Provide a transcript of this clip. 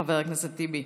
חבר הכנסת טיבי.